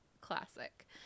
classic